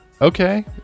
Okay